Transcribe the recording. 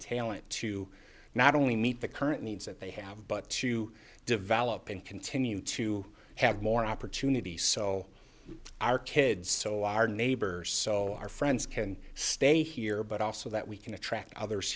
tail end to not only meet the current needs that they have but to develop and continue to have more opportunity so our kids so are neighbors so our friends can stay here but also that we can attract others